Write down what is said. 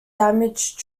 damaged